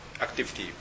activity